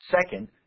Second